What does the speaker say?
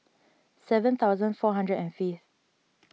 seven thousand four hundred and fifth